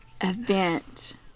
event